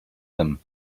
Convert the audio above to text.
them